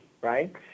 right